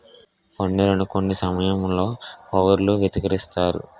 పన్నులను కొన్ని సమయాల్లో పౌరులు వ్యతిరేకిస్తారు